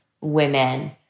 women